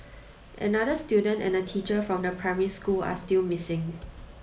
another student and a teacher from the primary school are still missing